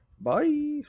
Bye